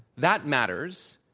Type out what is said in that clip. that matters,